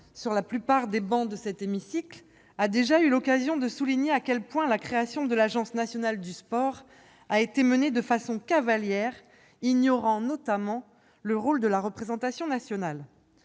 pratiquement tous les autres groupes, a déjà eu l'occasion de souligner à quel point la création de l'Agence nationale du sport a été menée de façon cavalière, ignorant notamment le rôle de la représentation nationale.